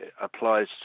applies